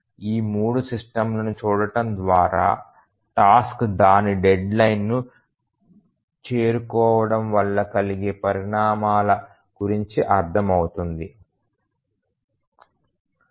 ఈ మూడు సిస్టమ్ లను చూడటం ద్వారా టాస్క్ దాని డెడ్ లైన్ ను చేరుకోకపోవడం వల్ల కలిగే పరిణామాల గురించి అర్థం అవుతుంది